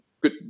good